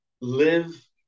live